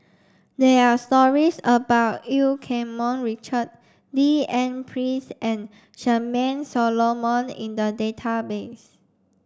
there are stories about Eu Keng Mun Richard D N Pritt and Charmaine Solomon in the database